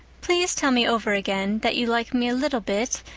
please tell me over again that you like me a little bit.